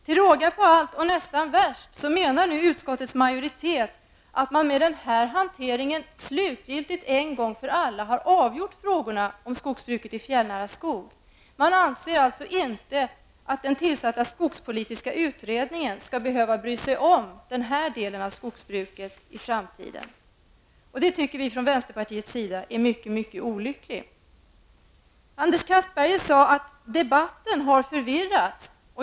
Till råga på allt, och nästan värst, menar nu utskottets majoritet att man med den här hanteringen slutgiltigt en gång för alla har avgjort frågorna om skogsbruket i fjällnära skog. Man anser alltså inte att den tillsatta skogspolitiska utredningen skall behöva bry sig om den här delen av skogsbruket i framtiden. Det tycker vi från vänsterpartiets sida är mycket olyckligt. Anders Castberger sade att debatten har förvirrats.